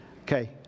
Okay